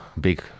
big